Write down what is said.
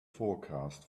forecast